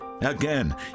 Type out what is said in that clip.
Again